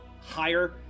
higher